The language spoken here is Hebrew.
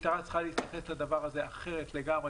המשטרה צריכה להתייחס לדבר הזה אחרת לגמרי,